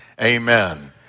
Amen